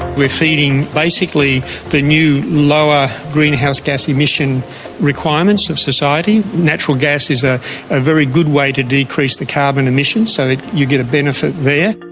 we are feeding basically the new lower greenhouse gas emission requirements of society. natural gas is ah a very good way to decrease the carbon emissions so that you get a benefit there.